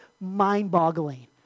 mind-boggling